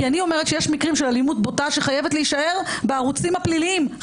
כי אני אומרת שיש מקרים של אלימות בוטה שחייבת להישאר בערוצים הפליליים,